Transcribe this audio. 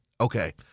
Okay